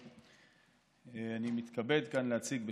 אני מתכבד להציג כאן,